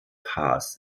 haas